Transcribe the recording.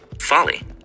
folly